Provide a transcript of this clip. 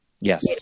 Yes